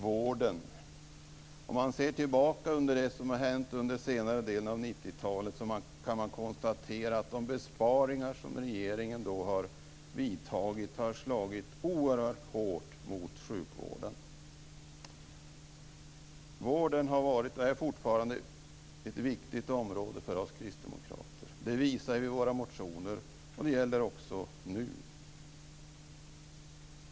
Vården: Om man ser tillbaka på det som har hänt under senare delen av 90-talet kan man konstatera att de besparingar som regeringen har vidtagit har slagit oerhört hårt mot sjukvården. Vården har varit och är fortfarande ett viktigt område för oss kristdemokrater. Det visar våra motioner och det gäller också nu.